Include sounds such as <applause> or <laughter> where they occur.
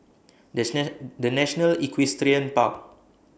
<unintelligible> The National Equestrian Park